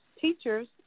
teachers